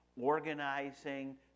organizing